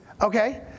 Okay